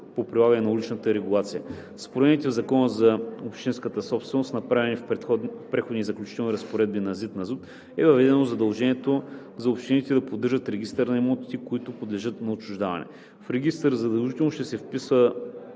по прилагане на уличната регулация. С промените в Закона за общинската собственост, направени в Преходните и заключителни разпоредби на ЗИД на ЗУТ, е въведено задължението за общините да поддържат регистър на имотите, които подлежат на отчуждаване. В регистъра задължително ще се вписва